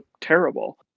terrible